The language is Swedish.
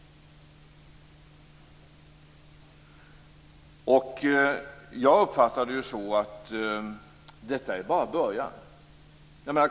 Jag uppfattar det så att detta bara är en början.